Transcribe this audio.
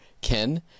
Ken